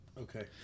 Okay